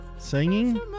Singing